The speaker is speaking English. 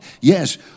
Yes